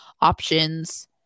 options